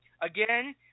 again